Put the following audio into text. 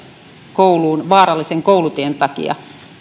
kouluun vaarallisen koulutien takia